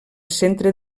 centre